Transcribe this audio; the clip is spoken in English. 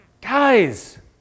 guys